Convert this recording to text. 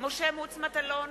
משה מטלון,